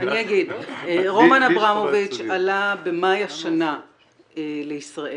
רומן אברמוביץ' עלה במאי השנה לישראל.